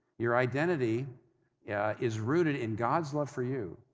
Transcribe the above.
your identity yeah is rooted in god's love for you,